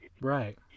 right